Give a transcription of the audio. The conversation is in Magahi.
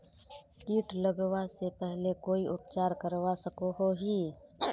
किट लगवा से पहले कोई उपचार करवा सकोहो ही?